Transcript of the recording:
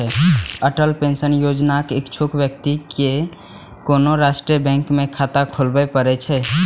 Atal pension योजनाक इच्छुक व्यक्ति कें कोनो राष्ट्रीय बैंक मे खाता खोलबय पड़ै छै